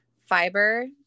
fiber